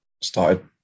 started